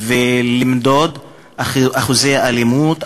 ולמדוד אחוזי אלימות,